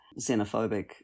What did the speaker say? xenophobic